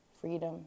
freedom